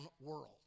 world